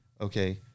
okay